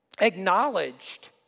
acknowledged